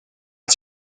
got